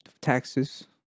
taxes